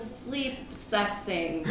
sleep-sexing